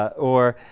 or